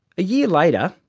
a year later,